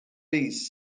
bees